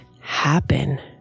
happen